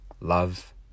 Love